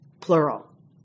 plural